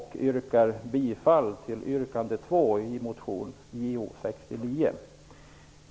Jag yrkar bifall till yrkande 2 i motion Jo69.